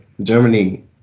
Germany